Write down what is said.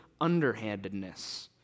underhandedness